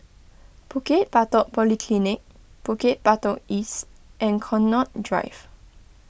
Bukit Batok Polyclinic Bukit Batok East and Connaught Drive